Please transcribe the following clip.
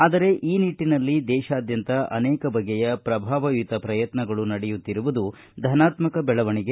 ಆದರೆ ಈ ನಿಟ್ಟನಲ್ಲಿ ದೇಶಾದ್ವಂತ ಅನೇಕ ಬಗೆಯ ಪ್ರಭಾವಯುತ ಪ್ರಯತ್ನಗಳು ನಡೆಯುತ್ತಿರುವುದು ಧನಾತ್ಮಕ ಬೆಳವಣಿಗೆ